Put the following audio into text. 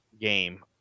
game